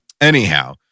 Anyhow